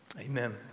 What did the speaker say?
amen